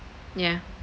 yeah